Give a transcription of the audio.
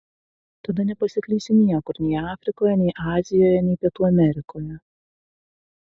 tada nepasiklysi niekur nei afrikoje nei azijoje nei pietų amerikoje